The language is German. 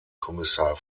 kommissar